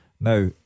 Now